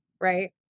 right